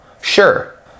sure